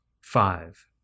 Five